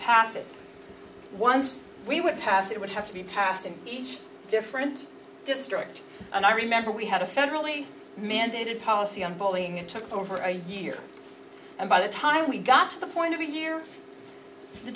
pass it once we would pass it would have to be passed in each different district and i remember we had a federally mandated policy on bullying it took over a year and by the time we got to the point of a year the